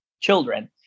children